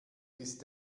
ist